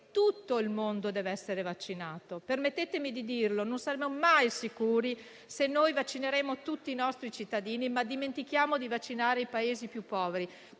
tutto il mondo venga vaccinato. Permettetemi di dirlo: non saremo mai sicuri, se vaccineremo tutti i nostri cittadini, ma ci dimenticheremo di vaccinare i Paesi più poveri.